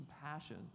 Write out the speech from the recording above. compassion